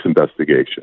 investigation